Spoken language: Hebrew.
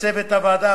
לצוות הוועדה,